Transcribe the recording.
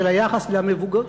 של היחס למבוגרים,